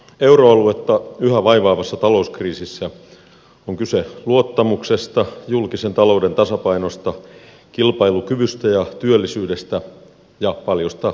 euroaluetta yhä vaivaavassa talouskriisissä on kyse luottamuksesta julkisen talouden tasapainosta kilpailukyvystä ja työllisyydestä ja paljosta muusta